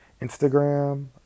instagram